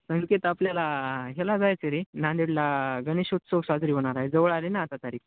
संकेत आपल्याला ह्याला जायच रे नांदेडला गणेश उत्सव साजरी होणार आहे जवळ आले ना आता तारीख